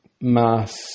mass